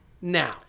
now